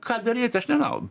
ką daryti aš nežnau